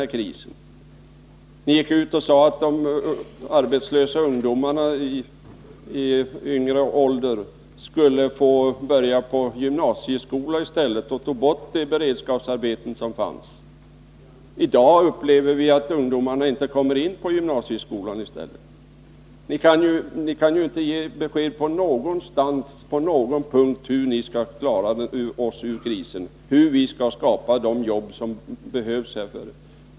Ni gick tidigare ut och sade att arbetslösa ungdomar i lägre åldrar skulle få börja på gymnasieskolan i stället för att få beredskapsarbete, och så tog ni bort de beredskapsarbeten som fanns. I dag upplever vi att ungdomarna inte kommer in på gymnasieskolan. Ni kan ju inte ge besked på någon punkt om hur vi skall klara oss ur krisen — hur vi skall skapa de jobb som behövs.